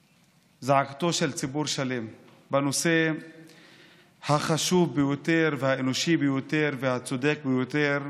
ציבור שלם בנושא החשוב ביותר והאנושי ביותר והצודק ביותר,